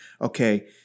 okay